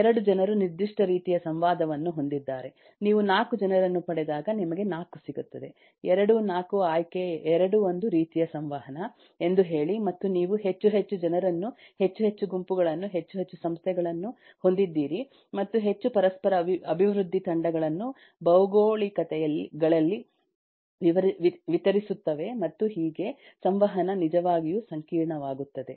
2 ಜನರು ನಿರ್ದಿಷ್ಟ ರೀತಿಯ ಸಂವಾದವನ್ನು ಹೊಂದಿದ್ದಾರೆ ನೀವು 4 ಜನರನ್ನು ಪಡೆದಾಗ ನಿಮಗೆ 4 ಸಿಗುತ್ತದೆ 2 4 ಆಯ್ಕೆ 2 ಒಂದು ರೀತಿಯ ಸಂವಹನ ಎಂದು ಹೇಳಿ ಮತ್ತು ನೀವು ಹೆಚ್ಚು ಹೆಚ್ಚು ಜನರನ್ನು ಹೆಚ್ಚು ಹೆಚ್ಚು ಗುಂಪುಗಳನ್ನು ಹೆಚ್ಚು ಹೆಚ್ಚು ಸಂಸ್ಥೆಗಳನ್ನು ಹೊಂದಿದ್ದೀರಿ ಮತ್ತು ಹೆಚ್ಚು ಪರಸ್ಪರ ಅಭಿವೃದ್ಧಿ ತಂಡಗಳನ್ನು ಭೌಗೋಳಿಕತೆಗಳಲ್ಲಿ ವಿತರಿಸುತ್ತವೆ ಮತ್ತು ಹೀಗೆ ಸಂವಹನ ನಿಜವಾಗಿಯೂ ಸಂಕೀರ್ಣವಾಗುತ್ತದೆ